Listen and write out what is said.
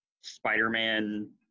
Spider-Man